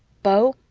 beau?